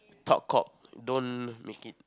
talk cock don't make it